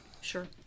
sure